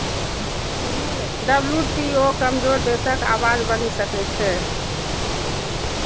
WTO कमजोर देशक आवाज बनि सकै छै